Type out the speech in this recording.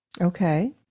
Okay